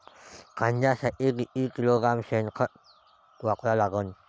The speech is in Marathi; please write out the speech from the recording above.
कांद्यासाठी किती किलोग्रॅम शेनखत वापरा लागन?